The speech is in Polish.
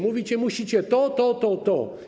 Mówicie: musicie to, to, to, to.